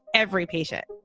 every patient.